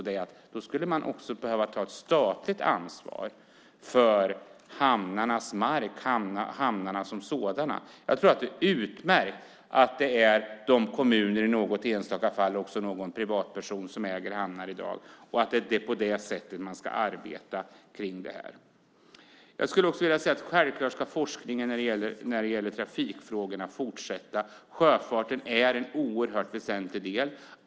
Då skulle man också behöva ta ett statligt ansvar för hamnarnas mark och hamnarna som sådana. Jag tror att det är utmärkt att det är kommuner, i enstaka fall också någon privatperson, som äger hamnar i dag. Det är på det sättet man ska arbeta med det här. Jag skulle också vilja säga att forskningen när det gäller trafikfrågorna självklart ska fortsätta. Sjöfarten är en oerhört väsentlig del.